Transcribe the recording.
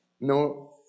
no